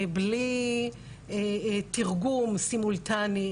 בלי תרגום סימולטני,